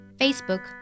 Facebook